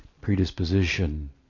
predisposition